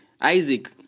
Isaac